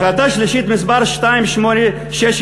החלטה שלישית, מס' 2861,